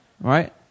right